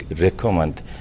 recommend